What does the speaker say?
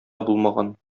булмаган